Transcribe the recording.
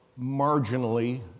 marginally